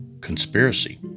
conspiracy